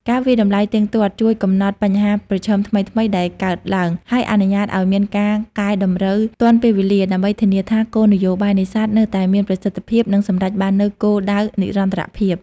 ការវាយតម្លៃទៀងទាត់ជួយកំណត់បញ្ហាប្រឈមថ្មីៗដែលកើតឡើង ហើយអនុញ្ញាតឲ្យមានការកែតម្រូវទាន់ពេលវេលា ដើម្បីធានាថាគោលនយោបាយនេសាទនៅតែមានប្រសិទ្ធភាព និងសម្រេចបាននូវគោលដៅនិរន្តរភាព។